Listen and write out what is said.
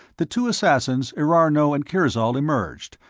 the two assassins, erarno and kirzol, emerged,